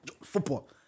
football